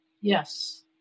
Yes